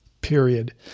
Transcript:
period